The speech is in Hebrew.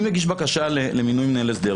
אני מגיש בקשה לאישור הסדר,